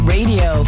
Radio